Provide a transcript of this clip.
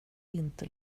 inte